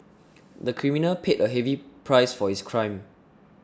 the criminal paid a heavy price for his crime